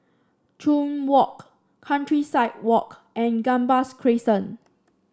Chuan Walk Countryside Walk and Gambas Crescent